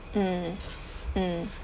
mm mm